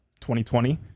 2020